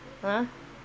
!huh!